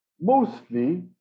mostly